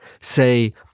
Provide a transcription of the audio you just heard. Say